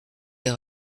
nous